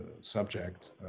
subject